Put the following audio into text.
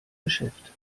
geschäft